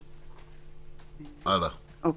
אוקיי.